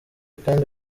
kandi